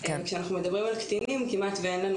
כאשר אנחנו מדברים על קטינים כמעט אין לנו